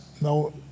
no